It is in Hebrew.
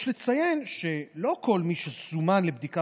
יש לציין שלא כל מי שזומן לבדיקה